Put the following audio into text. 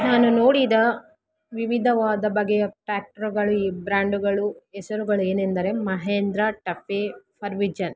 ನಾನು ನೋಡಿದ ವಿವಿಧವಾದ ಬಗೆಯ ಟ್ರ್ಯಾಕ್ಟ್ರಗಳು ಈ ಬ್ರ್ಯಾಂಡುಗಳು ಹೆಸರುಗಳ್ ಏನೆಂದರೆ ಮಹೇಂದ್ರ ಟಫೆ ಫರ್ವಿಚನ್